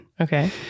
Okay